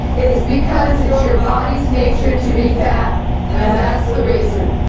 it's because it's your body's nature to be fat and that's the reason.